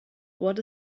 what